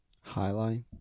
Highlight